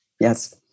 Yes